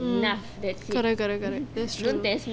mm correct correct correct that's true